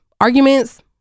arguments